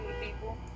people